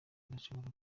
adashobora